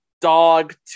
dog